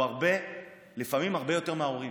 לפעמים הוא הרבה יותר מההורים.